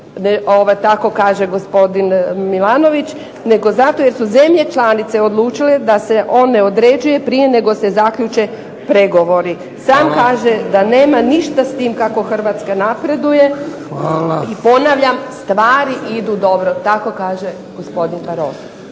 tako kaže gosopdin Milanović, nego zato jer su zemlje članice odlučile da se on ne određuje prije nego se zaključe pregovori. Sam kaže da nema ništa s tim kako Hrvatska napreduje. I ponavljam stvari idu dobro. Tako kaže gospodin Barroso.